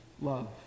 love